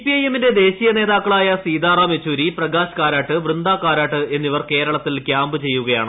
CPI എമ്മിന്റെ ദേശീയ നേതാക്കളായ സീതാറാം യെച്ചൂരി പ്രകാശ് കാരാട്ട് വൃന്ദ കാരാട്ട് എന്നിവർ കേരളത്തിൽ ക്യാമ്പ് ചെയ്യുകയാണ്